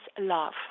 love